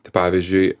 tai pavyzdžiui